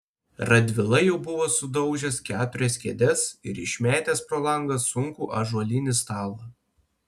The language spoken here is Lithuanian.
radvila jau buvo sudaužęs keturias kėdes ir išmetęs pro langą sunkų ąžuolinį stalą